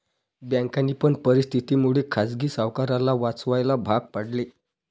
बँकांनी पण परिस्थिती मुळे खाजगी सावकाराला वाचवायला भाग पाडले